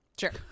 Sure